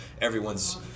everyone's